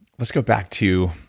let's go back to